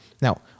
Now